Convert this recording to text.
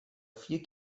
vier